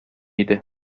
иде